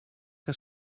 que